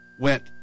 went